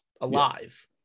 alive